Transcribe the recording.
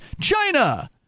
China